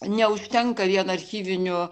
neužtenka vien archyvinių